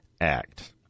Act